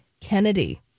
Kennedy